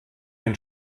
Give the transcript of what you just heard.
den